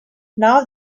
now